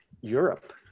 Europe